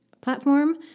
platform